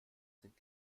sind